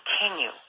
continue